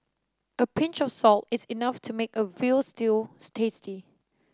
a pinch of salt is enough to make a veal stews tasty